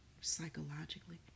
psychologically